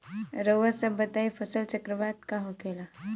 रउआ सभ बताई फसल चक्रवात का होखेला?